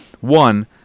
one